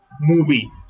movie